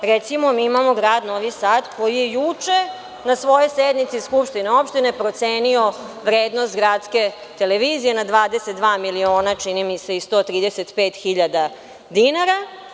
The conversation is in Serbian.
Recimo, mi imamo Grad Novi Sad koji je juče na svojoj sednici Skupštine opštine procenio vrednost gradske televizije na 22 miliona, čini mi se, i 135 hiljada dinara.